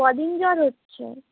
কদিন জ্বর হচ্ছে